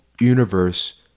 universe